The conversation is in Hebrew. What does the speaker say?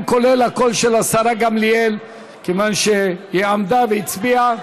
איסור פעילות שיש בה הדתה,